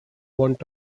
want